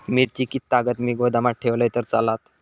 मिरची कीततागत मी गोदामात ठेवलंय तर चालात?